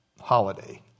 holiday